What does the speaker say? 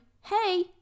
hey